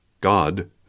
God